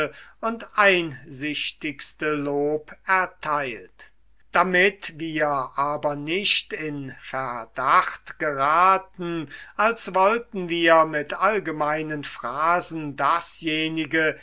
und einsichtigste lob erteilt damit wir aber nicht in verdacht geraten als wollten wir mit allgemeinen phrasen dasjenige